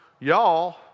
Y'all